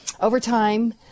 overtime